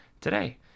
today